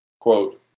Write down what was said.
quote